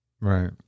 Right